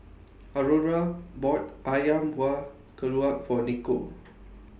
Aurora bought Ayam Buah Keluak For Nikko